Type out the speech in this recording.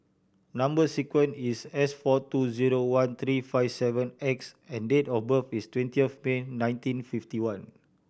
number sequence is S four two zero one three five seven X and date of birth is twentieth of May nineteen fifty one